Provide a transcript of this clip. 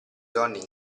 donne